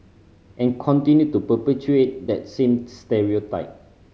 and continue to perpetuate that same stereotype